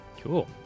Cool